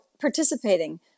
participating